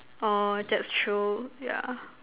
orh that's true yeah